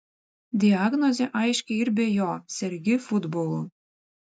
diagnozė aiški ir be jo sergi futbolu